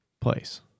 place